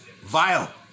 Vile